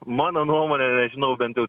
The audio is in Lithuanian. mano nuomone nežinau bent jau